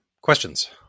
questions